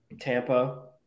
Tampa